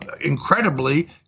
incredibly